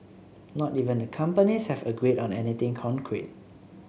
not even the companies have agreed on anything concrete